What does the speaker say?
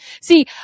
See